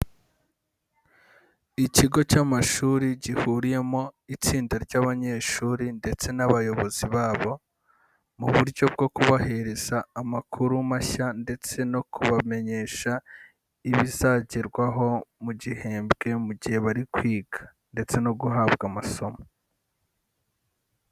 Ikigo cy'amashuri gihuriyemo itsinda ry'abanyeshuri ndetse n'abayobozi babo, mu buryo bwo kubahereza amakuru mashya ndetse no kubamenyesha ibizagerwaho mu gihembwe mu gihe bari kwiga ndetse no guhabwa amasomo.